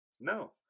No